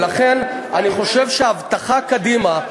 ולכן אני חושב שההבטחה קדימה,